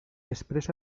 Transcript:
expresa